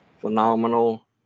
phenomenal